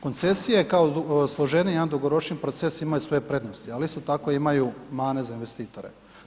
Koncesije kao složeniji jedan dugoročniji proces ima svoje prednosti, ali isto tako imaju mane za investitore.